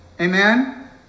Amen